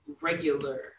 regular